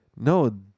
no